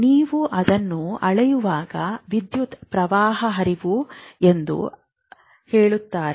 ನೀವು ಅದನ್ನು ಅಳೆಯುವಾಗ ವಿದ್ಯುತ್ ಪ್ರವಾಹದ ಹರಿವು ಎಂದು ಹೇಳುತಾರೆ